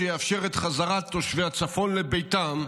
שיאפשר את חזרת תושבי הצפון לביתם,